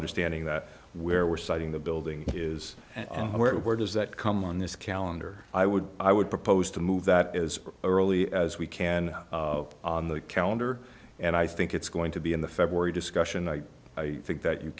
understanding that where we're citing the building is and where it where does that come on this calendar i would i would propose to move that is early as we can on the calendar and i think it's going to be in the february discussion i think that you